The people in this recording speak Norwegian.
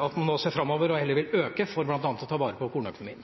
at man nå ser framover og heller vil øke, for bl.a. å ta vare på kornøkonomien?